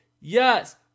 Yes